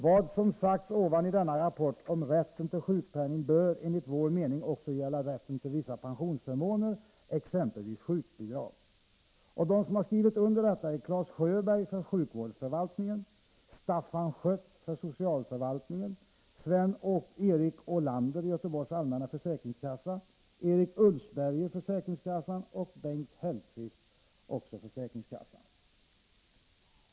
Vad som sagts ovan i denna rapport om rätten till sjukpenning bör enligt vår uppfattning också gälla rätten till vissa pensionsförmåner, exempelvis sjukbidrag.” De som har skrivit under detta är Clas Sjöberg från sjukvårdsförvaltningen, Staffan Schött från socialförvaltningen samt Sven-Erik Åhlander, Erik Ulfsberger och Bengt Hellquist från Göteborgs allmänna försäkringskassa.